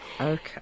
Okay